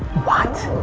what?